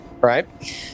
right